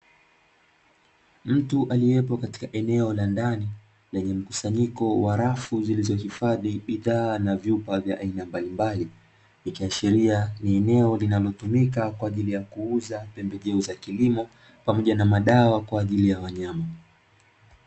Mtu aliyepo katika eneo la ndani, lenye mkusanyiko wa rafu zilizohifadhi bidhaa na vyupa mbalimbali ikiashiria ni eneo linalouza pembejeo za kilimo pamoja na madawa mbalimbali.